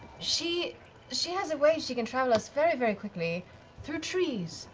she she has a way she can travel us very very quickly through trees,